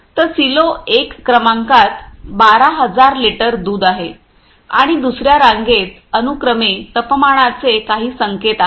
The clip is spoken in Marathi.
तर सिलो एक क्रमांकात 12000 लिटर दूध आहे आणि दुसर्या रांगेत अनुक्रमे तपमानाचे काही संकेत आहेत